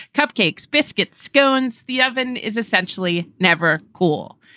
cupcakes, biscuits, scones. the oven is essentially never cool.